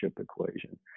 equation